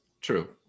true